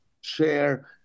share